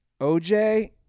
OJ